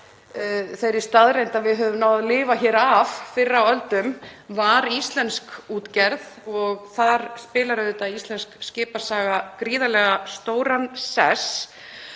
þeirri staðreynd að við höfum náð að lifa hér af fyrr á öldum var íslensk útgerð og þar skipar íslensk skipasaga auðvitað gríðarlega stóran sess.